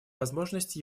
возможность